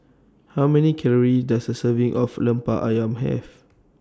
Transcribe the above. How Many Calories Does A Serving of Lemper Ayam Have